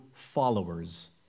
followers